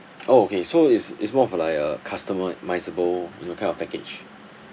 oh okay so is is more of like a customi~ ~misable you know kind of package